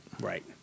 Right